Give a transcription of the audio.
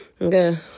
Okay